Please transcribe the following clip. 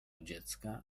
dziecka